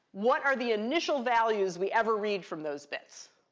what are the initial values we ever read from those bits?